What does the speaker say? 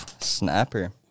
snapper